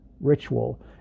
ritual